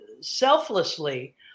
selflessly